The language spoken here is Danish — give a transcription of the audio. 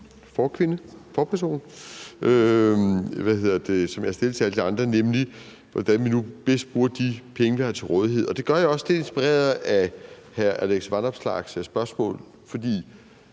forkvinde – forperson? – som jeg stillede til alle de andre, nemlig hvordan vi nu bedst bruger de penge, vi har til rådighed. Det gør jeg til dels inspireret af hr. Alex Vanopslaghs spørgsmål. For